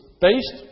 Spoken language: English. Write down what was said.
based